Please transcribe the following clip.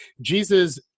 jesus